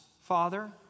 Father